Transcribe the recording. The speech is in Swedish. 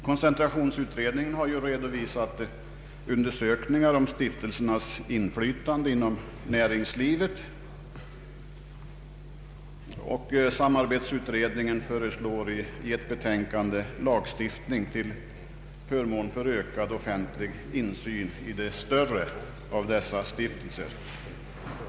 Koncentrationsutredningen har redovisat undersökningar om stiftelsernas inflytande inom näringslivet, och samarbetsutredningen föreslår i ett betänkande lagstiftning om ökad offentlig insyn i de större av dessa stiftelser.